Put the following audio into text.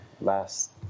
last